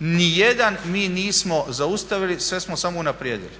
ni jedan mi nismo zaustavili, sve smo samo unaprijedili.